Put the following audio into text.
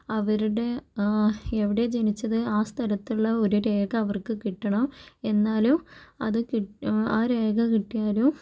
അവരുടെ എവിടെയാണ് ജനിച്ചത് ആ സ്ഥലത്തുള്ള ഒരു രേഖ അവർക്ക് കിട്ടണം എന്നാലും അത് കിട്ട് ആ രേഖ കിട്ടിയാലും